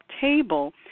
table